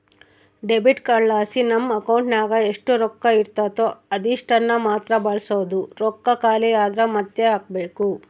debit ಕಾರ್ಡ್ಲಾಸಿ ನಮ್ ಅಕೌಂಟಿನಾಗ ಎಷ್ಟು ರೊಕ್ಕ ಇರ್ತತೋ ಅದೀಟನ್ನಮಾತ್ರ ಬಳಸ್ಬೋದು, ರೊಕ್ಕ ಖಾಲಿ ಆದ್ರ ಮಾತ್ತೆ ಹಾಕ್ಬಕು